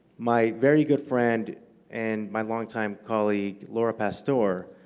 my very good friend and my longtime colleague laura pastor,